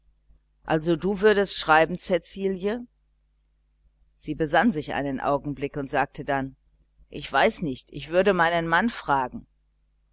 also du würdest schreiben cäcilie sie besann sich einen augenblick und sagte dann ich weiß nicht ich würde meinen mann fragen